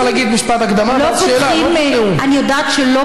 אפשר להגיד משפט הקדמה ואז שאלה.